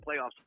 playoffs